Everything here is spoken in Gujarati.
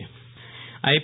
વિરલ રાણા આઈ